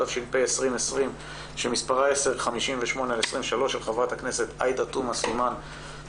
התש"ף-2020 שמספרה 1058/23 של חברת הכנסת עאידה תומא סלימאן.